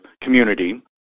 community